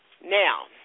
Now